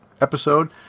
episode